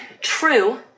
true